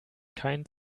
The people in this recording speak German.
kein